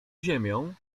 ziemią